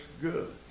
good